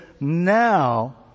Now